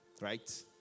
right